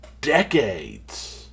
decades